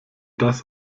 das